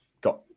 got